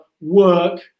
work